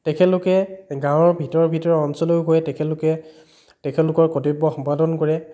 তেখেতলোকে গাঁৱৰ ভিতৰৰ ভিতৰৰ অঞ্চলেও গৈ তেখেতলোকে তেখেতলোকৰ কৰ্তব্য সম্পাদন কৰে